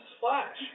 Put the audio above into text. Flash